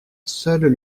seul